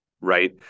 Right